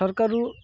ସରକାର